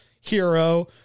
hero